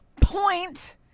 point